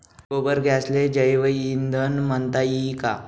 गोबर गॅसले जैवईंधन म्हनता ई का?